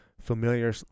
familiar